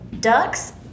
ducks